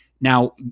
now